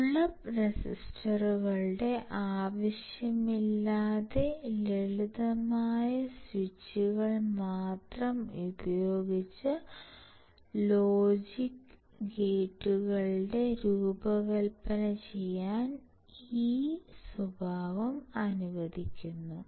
pull up റെസിസ്റ്ററുകളുടെ ആവശ്യമില്ലാതെ ലളിതമായ സ്വിച്ചുകൾ മാത്രം ഉപയോഗിച്ച് ലോജിക് ഗേറ്റുകളുടെ രൂപകൽപ്പന ചെയ്യാൻ ഈ സ്വഭാവം അനുവദിക്കുന്നു